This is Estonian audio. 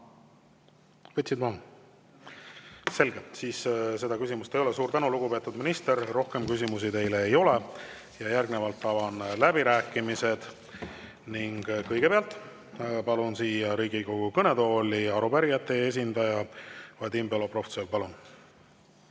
Võtsid maha? Selge, siis seda küsimust ei ole. Suur tänu, lugupeetud minister! Rohkem küsimusi teile ei ole. Järgnevalt avan läbirääkimised ning kõigepealt palun siia Riigikogu kõnetooli arupärijate esindaja Vadim Belobrovtsevi. Palun!